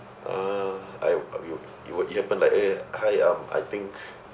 ah I you you would it happen like eh hi um I think